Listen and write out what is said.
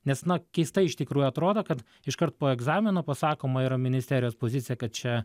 nes na keistai iš tikrųjų atrodo kad iškart po egzamino pasakoma yra ministerijos pozicija kad čia